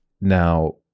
Now